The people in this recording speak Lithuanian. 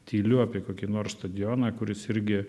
tyliu apie kokį nors stadioną kuris irgi